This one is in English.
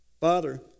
Father